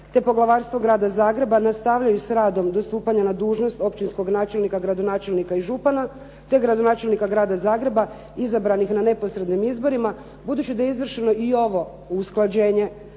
te Poglavarstvo Grada Zagreba nastavljaju s radom do stupanja na dužnost općinskog načelnika, gradonačelnika i župana te gradonačelnika Grada Zagreba izabranih na neposrednim izborima Budući da je izvršeno i ovo usklađenje